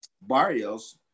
Barrios